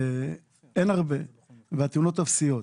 ואין הרבה, והתאונות אפסיות.